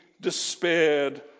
despaired